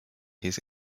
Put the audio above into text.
his